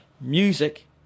music